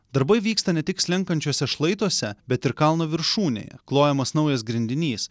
darbai vyksta ne tik slenkančiuose šlaituose bet ir kalno viršūnėje klojamas naujas grindinys